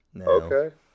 Okay